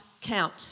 Count